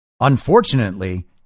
Unfortunately